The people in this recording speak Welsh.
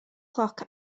cloc